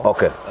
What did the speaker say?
Okay